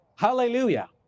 Hallelujah